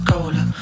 Cola